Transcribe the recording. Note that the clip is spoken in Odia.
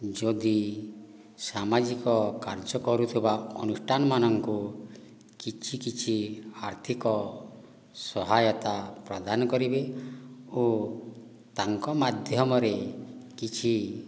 ଯଦି ସାମାଜିକ କାର୍ଯ୍ୟ କରୁଥିବା ଅନୁଷ୍ଠାନମାନଙ୍କୁ କିଛି କିଛି ଆର୍ଥିକ ସହାୟତା ପ୍ରଦାନ କରିବେ ଓ ତାଙ୍କ ମାଧ୍ୟମରେ କିଛି